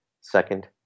Second